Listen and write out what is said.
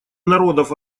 народов